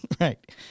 Right